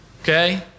okay